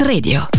Radio